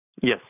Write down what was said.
Yes